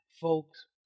Folks